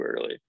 early